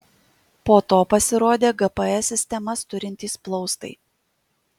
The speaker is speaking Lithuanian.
po to pasirodė gps sistemas turintys plaustai